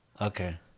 Okay